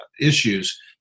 issues